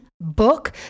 book